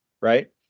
Right